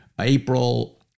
April